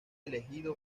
elegido